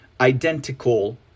identical